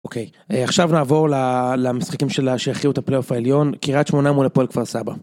אוקיי עכשיו נעבור למשחקים של השייכות הפלייאוף העליון: קריית שמונה מול הפועל כפר סבא.